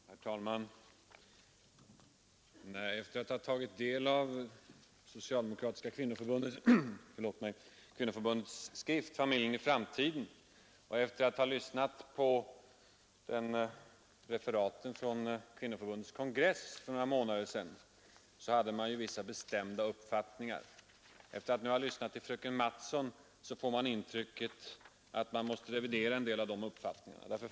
Herr talman! Efter att ha tagit del av Socialdemokratiska kvinnoförbundets skrift Familjen i framtiden och efter att ha lyssnat på referaten från förbundets kongress för några månader sedan hade man vissa bestämda uppfattningar. Efter att nu ha lyssnat till fröken Mattson måste man revidera en del av dessa uppfattningar.